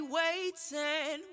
waiting